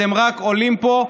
אתם רק עולים פה,